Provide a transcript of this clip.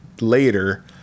later